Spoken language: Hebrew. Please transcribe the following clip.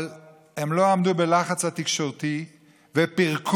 אבל הם לא עמדו בלחץ התקשורתי ופירקו